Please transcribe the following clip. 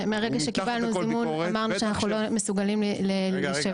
מהרגע שקיבלנו זימון אמרנו שאנחנו לא מוכנים לשבת.